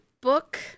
book